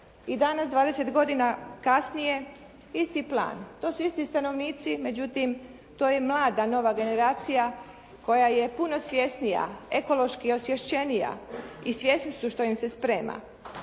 I danas 20 godina kasnije isti plan. To su isti stanovnici međutim to je mlada nova generacija koja je puno svjesnija, ekološki osvještenija i svjesni su što im se sprema.